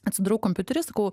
atsidarau kompiuterį sakau